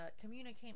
communicate